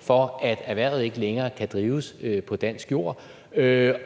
for, at erhvervet ikke længere kan drives på dansk jord,